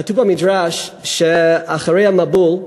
כתוב במדרש שאחרי המבול,